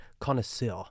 connoisseur